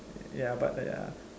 ya but ya